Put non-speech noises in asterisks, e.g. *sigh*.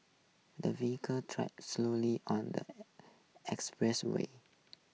the *unintelligible* travelled slowly on the expressway